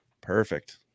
perfect